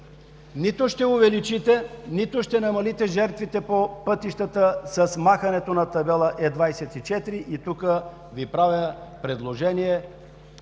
Нито ще увеличите, нито ще намалите жертвите по пътищата с махането на табела Е24. И тук Ви правя предложение